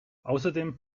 außerdem